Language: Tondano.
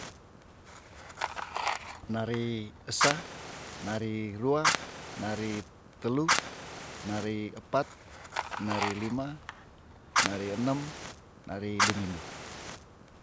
Ne rei esa, na rei rua, na rei telu, na rei epat, na rei lima, na rei enem, na rei duminggu